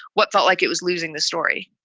what felt like it was losing the story?